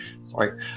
sorry